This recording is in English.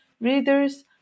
readers